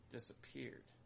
Disappeared